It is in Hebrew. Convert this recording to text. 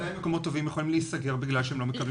עדיין מקומות טובים יכולים להיסגר בגלל שהם לא מקבלים רישוי.